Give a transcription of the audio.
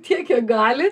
tiek kiek gali